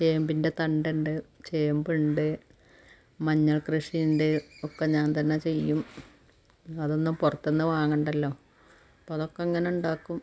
ചേമ്പിൻ്റെ തണ്ട് ഉണ്ട് ചേമ്പുണ്ട് മഞ്ഞൾ കൃഷിയുണ്ട് ഒക്കെ ഞാൻ തന്നെ ചെയ്യും അതൊന്നും പുറത്തിന്ന് വാങ്ങണ്ടല്ലോ അപ്പോൾ അതൊക്കെ ഇങ്ങനെ ഉണ്ടാക്കും